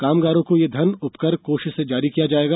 कामगारों को यह धन उपकर कोष से जारी किया जायेगा